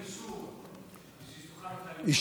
אישור כדי שתוכל בכלל ללמוד להיות נהג.